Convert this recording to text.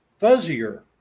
fuzzier